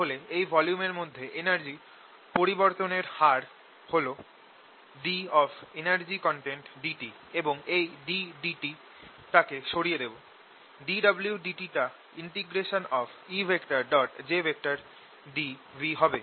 তাহলে এই ভলিউম এর মধ্যে এনার্জি পরিবরতনের হার হল ddt এবং এই ddt টাকে সরিয়ে দেব dwdt টা E jdv হবে